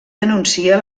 denuncia